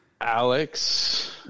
Alex